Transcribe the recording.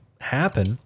happen